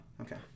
okay